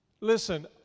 Listen